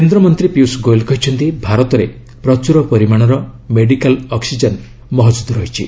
କେନ୍ଦ୍ରମନ୍ତ୍ରୀ ପୀୟୂଷ ଗୋଏଲ କହିଛନ୍ତି ଭାରତରେ ପ୍ରଚୁର ପରିମାଣ ମେଡିକାଲ୍ ଅକ୍ସିକେନ୍ ମହଜୁଦ ରହିଛି